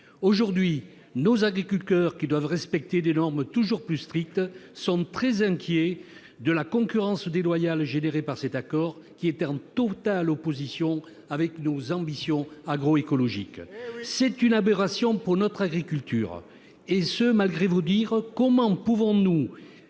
interpeller. Nos agriculteurs, qui doivent respecter des normes toujours plus strictes, sont très inquiets de la concurrence déloyale générée par cet accord, qui est en totale opposition avec nos ambitions agroécologiques. Eh oui ! Il s'agit d'une aberration pour notre agriculture, malgré vos dires. Comment pouvons-nous